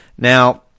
Now